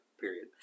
period